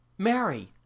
Mary